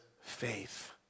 faith